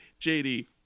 JD